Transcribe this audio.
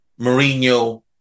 Mourinho